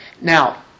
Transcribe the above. Now